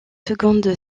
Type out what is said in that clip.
seconde